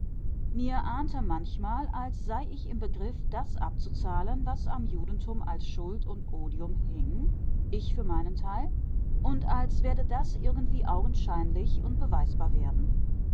mir ahnte manchmal als sei ich im begriff das abzuzahlen was am judentum als schuld und odium hing ich für meinen teil und als werde das irgendwie augenscheinlich und beweisbar werden